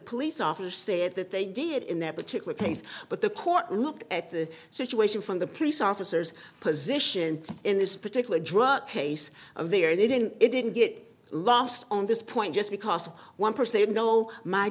police officer said that they did in that particular case but the court looked at the situation from the police officers position in this particular drug case of their they didn't it didn't get lost on this point just because of one percent no my